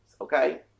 okay